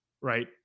right